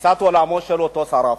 שתפיסת עולמו של אותו שר החוץ,